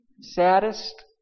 saddest